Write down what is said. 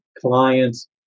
clients